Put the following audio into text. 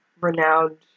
renowned